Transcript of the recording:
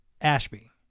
Ashby